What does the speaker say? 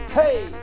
hey